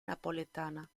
napoletana